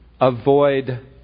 avoid